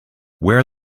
wear